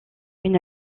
une